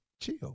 chill